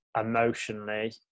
emotionally